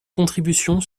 contribution